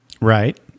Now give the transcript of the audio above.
Right